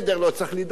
לא צריך לדאוג,